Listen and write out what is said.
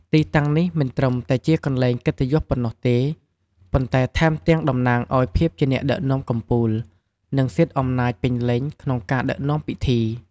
ទីតាំងនេះមិនត្រឹមតែជាកន្លែងកិត្តិយសប៉ុណ្ណោះទេ ប៉ុន្តែថែមទាំងតំណាងឲ្យភាពជាអ្នកដឹកនាំកំពូល និងសិទ្ធិអំណាចពេញលេញក្នុងការដឹកនាំពិធី។